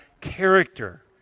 character